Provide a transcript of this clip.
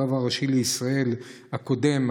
הרב הראשי לישראל הקודם,